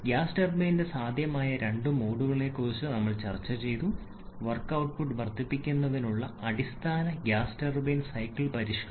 gas ടർബൈനിന്റെ സാധ്യമായ രണ്ട് മോഡുകളെക്കുറിച്ച് നമ്മൾ ചർച്ചചെയ്തു വർക്ക് ഔട്ട്പുട്ട് വർദ്ധിപ്പിക്കുന്നതിനുള്ള അടിസ്ഥാന ഗ്യാസ് ടർബൈൻ സൈക്കിൾ പരിഷ്കരണം